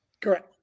Correct